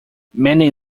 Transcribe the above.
many